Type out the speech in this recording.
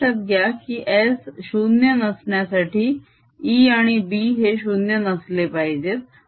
हे लक्षात घ्या की S 0 नसण्यासाठी E आणि B हे 0 नसले पाहिजेत